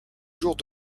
jours